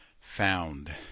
found